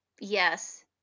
Yes